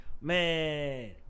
Man